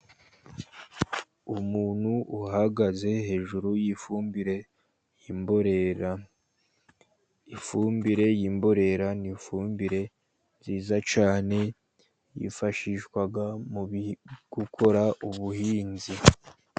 Umuntu uhagaze hejuru y'ifumbire y'imborera. Ifumbire y'imborera ni ifumbire nziza cyane yifashishwa mu gukora ubuhinzi.